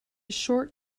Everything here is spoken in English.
short